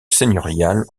seigneurial